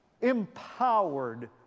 empowered